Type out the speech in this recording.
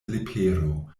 leporo